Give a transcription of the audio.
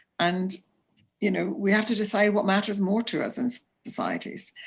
and you know we have to decide what matters more to us in societies.